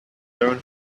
learn